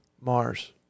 Mars